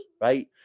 right